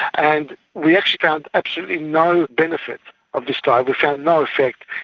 and we actually found absolutely no benefit of this diet. we found no effect.